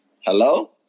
Hello